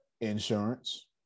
Insurance